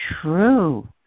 true